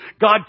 God